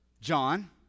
John